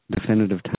definitive